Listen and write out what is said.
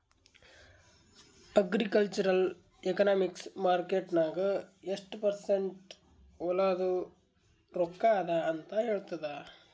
agricultural economics market ನಾಗ್ ಎಷ್ಟ percent ಹೊಲಾದು ರೊಕ್ಕಾ ಅದ ಅಂತ ಹೇಳ್ತದ್